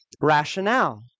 rationale